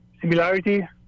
similarity